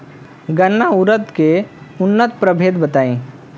गर्मा उरद के उन्नत प्रभेद बताई?